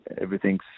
everything's